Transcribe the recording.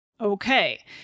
Okay